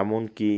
এমনকি